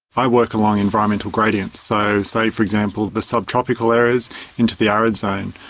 i work along environmental gradients, so say, for example, the subtropical areas into the arid zone.